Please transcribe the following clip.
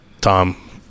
Tom